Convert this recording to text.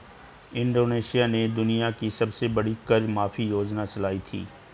Indonesia ने दुनिया की सबसे बड़ी कर माफी योजना चलाई थी